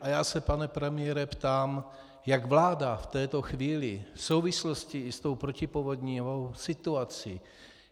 A já se, pane premiére, ptám, jak vláda v této chvíli v souvislosti i s tou protipovodňovou situací,